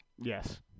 Yes